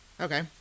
Okay